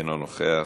אינו נוכח,